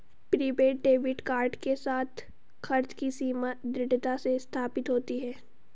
prepaid debit card के साथ, खर्च की सीमा दृढ़ता से स्थापित होती है